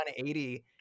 180